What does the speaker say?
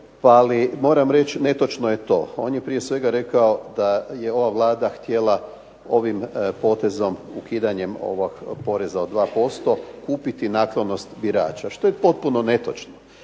Ali moram reći netočno je to, on je prije svega rekao da je ova Vlada htjela ovim potezom, ukidanjem ovog poreza od 2% kupiti naklonost birača, što je potpuno netočno.